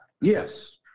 Yes